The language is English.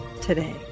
today